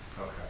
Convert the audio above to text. Okay